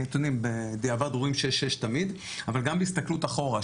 בדיעבד רואים 6:6 תמיד אבל גם בהסתכלות אחורה,